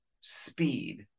speed